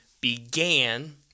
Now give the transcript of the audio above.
began